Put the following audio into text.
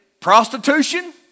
prostitution